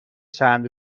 چند